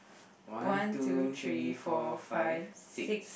one two three four five six